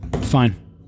Fine